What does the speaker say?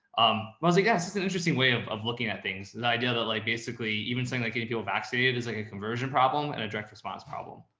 um well, i guess it's an interesting way of of looking at things. the idea that like, basically even saying, like getting people vaccinated is like a conversion problem and a direct response problem.